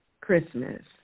Christmas